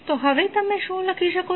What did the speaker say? તો હવે તમે શું લખી શકો છો